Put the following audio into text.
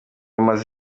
umaze